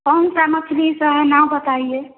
कौन सा मछ्ली सा नाम बताइए